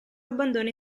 abbandona